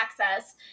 access